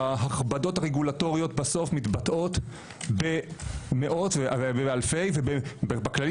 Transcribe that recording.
ההכבדות הרגולטוריות בסוף מתבטאות באלפי ובכללי